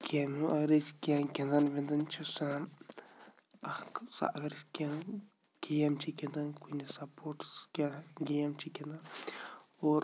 گیمہٕ اَگر أسۍ کیٚنٛہہ گِنٛدان وِنٛدان چھِ سان اَکھ سُہ اَگر أسۍ کیٚنٛہہ گیم چھِ گِنٛدان کُنہِ سَپوٹٕس کیٚنٛہہ گیم چھِ گِنٛدان اور